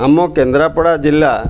ଆମ କେନ୍ଦ୍ରାପଡ଼ା ଜିଲ୍ଲା